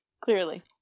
Clearly